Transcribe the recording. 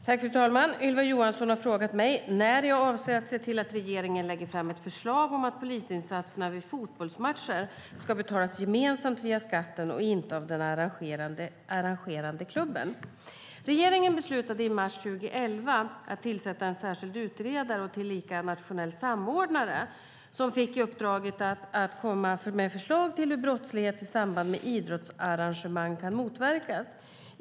Fru talman! Ylva Johansson har frågat mig när jag avser att se till att regeringen lägger fram ett förslag om att polisinsatserna vid fotbollsmatcher ska betalas gemensamt via skatten och inte av den arrangerande klubben. Regeringen beslutade i mars 2011 att tillsätta en särskild utredare - tillika en nationell samordnare - som fick i uppdrag att lämna förslag till hur brottslighet i samband med idrottsarrangemang kan motverkas.